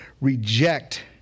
reject